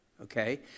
okay